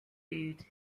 food